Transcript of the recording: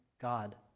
God